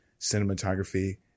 cinematography